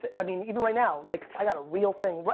ah i mean even right now, like i gotta real thing,